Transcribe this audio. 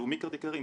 לאומי קארד יקרים,